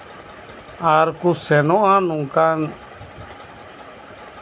ᱟᱨ ᱠᱚ ᱥᱮᱱᱚᱜᱼᱟ ᱱᱚᱝᱠᱟᱱ